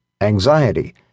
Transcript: anxiety